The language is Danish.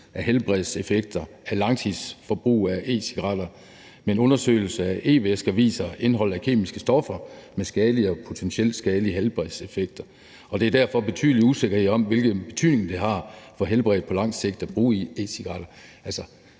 af helbredseffekter af et langtidsforbrug af e-cigaretter. Men en undersøgelse af e-væsker viser et indhold af kemiske stoffer med skadelige og potentielt skadelige helbredseffekter, og der er derfor en betydelig usikkerhed om, hvilken betydning det har for helbredet på lang sigt at bruge e-cigaretter.